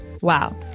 Wow